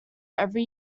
every